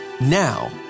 Now